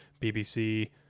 BBC